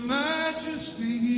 majesty